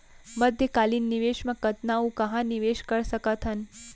मध्यकालीन निवेश म कतना अऊ कहाँ निवेश कर सकत हन?